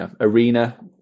arena